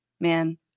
man